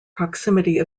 proximity